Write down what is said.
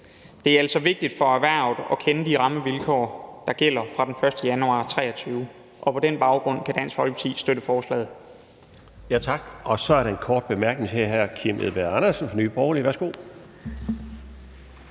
Det er altså vigtigt for erhvervet at kende de rammevilkår, der gælder fra den 1. januar 2023. På den baggrund kan Dansk Folkeparti støtte forslaget.